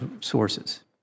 sources